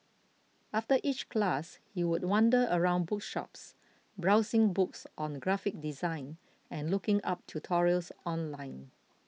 after each class he would wander around bookshops browsing books on graphic design and looking up tutorials online